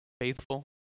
faithful